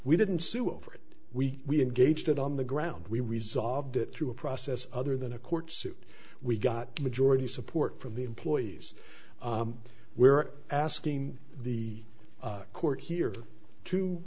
we didn't sue over it we gauged it on the ground we resolved it through a process other than a court suit we got majority support from the employees we're asking the court here to